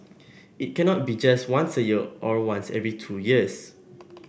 it cannot be just once a year or once every two years